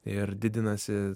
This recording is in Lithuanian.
ir didinasi